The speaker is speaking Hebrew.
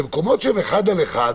במקומות שהם 1 על 1,